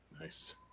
nice